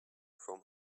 from